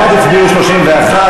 בעד הצביעו 31,